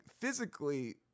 physically